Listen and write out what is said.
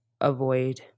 avoid